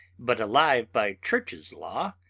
but alive by church's law,